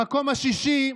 למקום השישי,